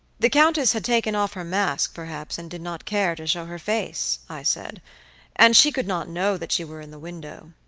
the countess had taken off her mask, perhaps, and did not care to show her face i said and she could not know that you were in the window